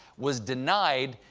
was denied,